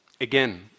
Again